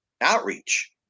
outreach